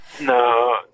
No